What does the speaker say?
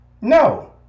No